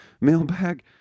mailbag